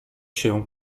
się